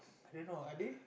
don't know are they